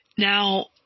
Now